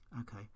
okay